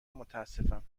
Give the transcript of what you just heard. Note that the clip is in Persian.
متاسفم